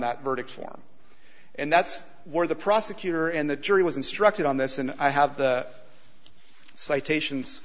that verdict form and that's where the prosecutor and the jury was instructed on this and i have the citations